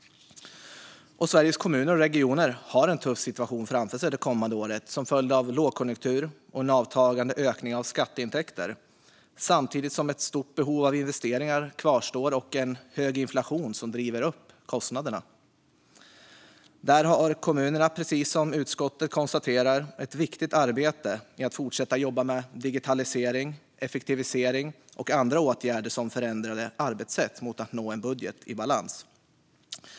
Sveriges Kommuner och Regioner har en tuff situation framför sig det kommande året som en följd av lågkonjunktur och en avtagande ökning av skatteintäkter, samtidigt som ett stort behov av investeringar kvarstår och en hög inflation driver upp kostnaderna. Där har kommunerna, precis som utskottet konstaterar, ett viktigt arbete i att fortsätta att jobba med digitalisering, effektivisering och andra åtgärder, till exempel förändrade arbetssätt, för att nå en budget i balans.